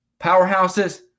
Powerhouses